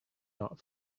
not